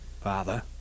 Father